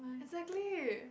exactly